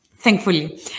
Thankfully